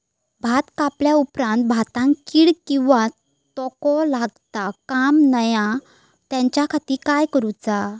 भात कापल्या ऑप्रात भाताक कीड किंवा तोको लगता काम नाय त्याच्या खाती काय करुचा?